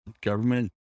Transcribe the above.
Government